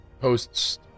posts